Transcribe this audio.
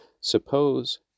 Suppose